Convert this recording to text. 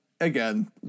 again